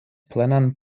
plenan